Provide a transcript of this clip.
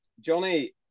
Johnny